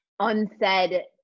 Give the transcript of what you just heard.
unsaid